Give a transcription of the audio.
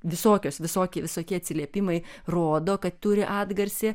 visokios visokie visokie atsiliepimai rodo kad turi atgarsį